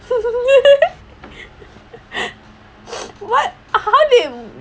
what how did